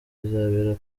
bizabera